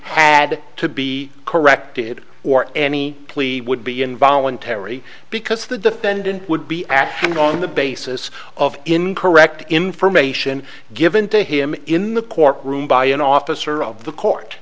had to be corrected or any plea would be involuntary because the defendant would be acting on the basis of incorrect information given to him in the court room by an officer of the court